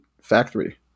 factory